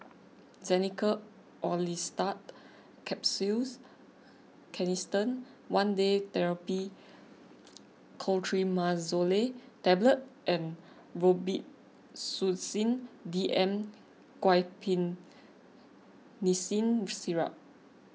Xenical Orlistat Capsules Canesten one Day therapy Clotrimazole Tablet and Robitussin D M Guaiphenesin Syrup